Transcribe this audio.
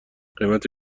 قیمت